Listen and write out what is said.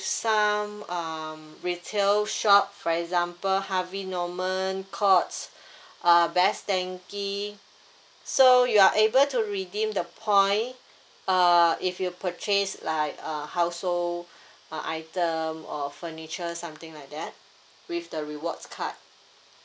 some um retail shop for example harvey norman courts uh best denki so you are able to redeem the point uh if you purchase like uh household uh item or furniture something like that with the rewards card